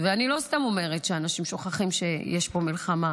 ואני לא סתם אומרת שאנשים שוכחים שיש פה מלחמה.